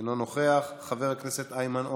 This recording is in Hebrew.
אינו נוכח, חבר הכנסת איימן עודה,